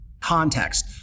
context